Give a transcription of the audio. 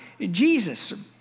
Jesus